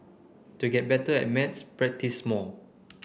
to get better at maths practise more